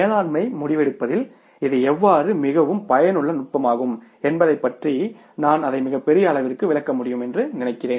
மேலாண்மை முடிவெடுப்பதில் இது எவ்வாறு மிகவும் மிகவும் பயனுள்ள நுட்பமாகும் என்பதைப் பற்றி நான் அதை மிகப் பெரிய அளவிற்கு விளக்க முடியும் என்று நினைக்கிறேன்